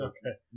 Okay